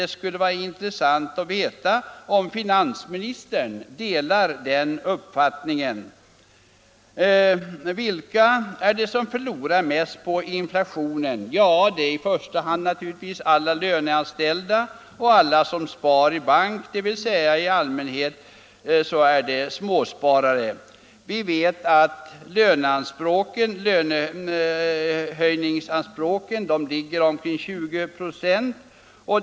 Det skulle vara intressant att veta om finansministern delar den uppfattningen. Vilka är det som förlorar mest på inflation? Det är i första hand alla löneanställda och alla som sparar i bank, dvs. i allmänhet småsparare. Vi vet att lönehöjningsanspråken ligger på omkring 20 96.